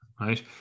right